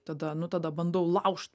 tada nu tada bandau laužt